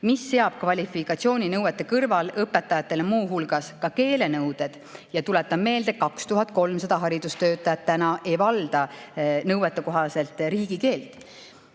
mis seab kvalifikatsiooninõuete kõrval õpetajatele muu hulgas ka keelenõuded. Ja tuletan meelde, 2300 haridustöötajat täna ei valda nõuetekohaselt riigikeelt.